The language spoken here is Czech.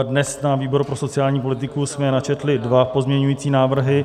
Dnes na výboru pro sociální politiku jsme načetli dva pozměňující návrhy.